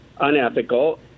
unethical